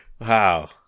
Wow